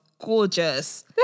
gorgeous